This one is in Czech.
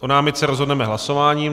O námitce rozhodneme hlasováním.